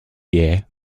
year